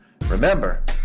Remember